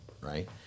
right